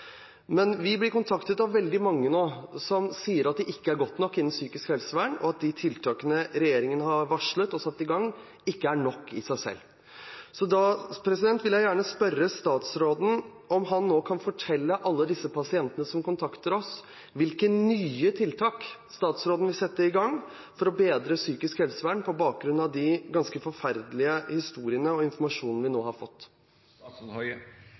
Men vi blir kontaktet av veldig mange nå som sier at det ikke er godt nok innen psykisk helsevern, og at de tiltakene regjeringen har varslet og satt i gang, ikke er nok i seg selv. Så da vil jeg gjerne spørre statsråden om han nå kan fortelle alle de pasientene som kontakter oss, hvilke nye tiltak han vil sette i gang for å bedre psykisk helsevern – på bakgrunn av de ganske forferdelige historiene og den informasjonen vi nå har fått.